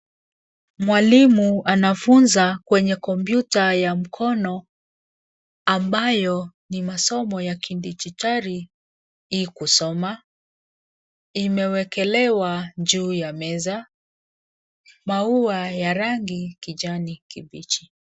Mwalimu anafunza kwenye komputa ya mkono ambayo ni masomo ya kidijitali i kusoma, imewekelewa juu ya meza maua ya rangi kijani kibichi.